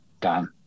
done